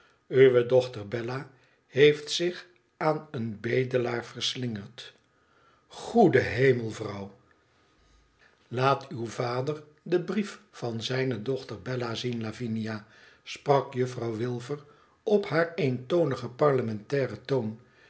uwe dochter bella heeft zich aan een bedelaar verslingerd goede hemel vrouw laat uw vader den brief van zijne dochter bella zien lavinia sprak juffrouw wilfer op haar eentonigen parlementairen toon